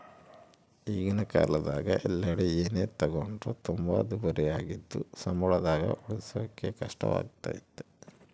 ಈಗಿನ ಕಾಲದಗ ಎಲ್ಲೆಡೆ ಏನೇ ತಗೊಂಡ್ರು ತುಂಬಾ ದುಬಾರಿಯಾಗಿದ್ದು ಸಂಬಳದಾಗ ಉಳಿಸಕೇ ಕಷ್ಟವಾಗೈತೆ